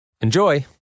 Enjoy